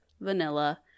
vanilla